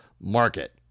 Market